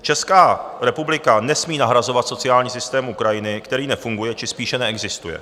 Česká republika nesmí nahrazovat sociální systém Ukrajiny, který nefunguje či spíše neexistuje.